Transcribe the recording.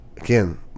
again